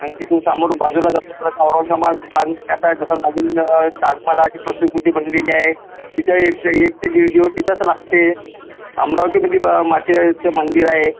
आणि तिथून समोर बाजूला जातो तसं औरंगाबाद बांद त्या सायड जसं नवीन ताजमहालाची प्रतिकृती बनलेली आहे तिथं एक एक ते दीड दिवस तिथंच लागते अमरावतीमध्ये ब मातेचं मंदिर आहे